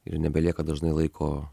ir nebelieka dažnai laiko